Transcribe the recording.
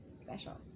special